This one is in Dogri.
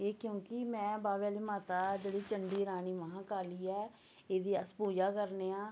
एह् क्यूंकि में बावे आह्ली माता जेह्ड़ी चंडी रानी महा काली ऐ एह्दी अस पूजा करने आं